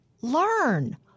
Learn